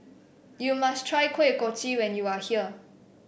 you must try Kuih Kochi when you are here